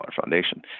foundation